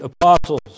apostles